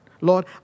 Lord